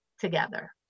together